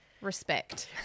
respect